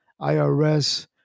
IRS